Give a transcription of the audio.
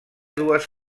dues